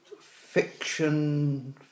Fiction